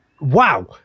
wow